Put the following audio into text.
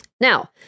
Now